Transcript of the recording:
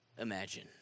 imagine